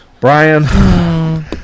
Brian